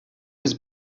was